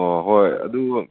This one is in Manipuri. ꯑꯣ ꯍꯣꯏ ꯑꯗꯨ